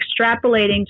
extrapolating